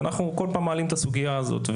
ואנחנו כל פעם מעלים את הסוגיה הזאת.